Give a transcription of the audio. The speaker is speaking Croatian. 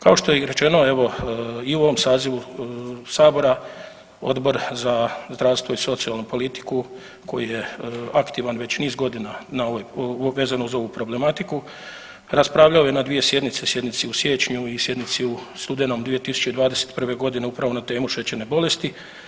Kao što je i rečeno evo i u ovom sazivu sabora Odbor za zdravstvo i socijalnu politiku koji je aktivan već niz godina na ovoj, vezano uz ovu problematiku, raspravljao je na dvije sjednice, sjednici u siječnju i sjednici u studenom 2021.g. upravo na temu šećerne bolesti.